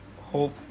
hope